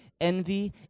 envy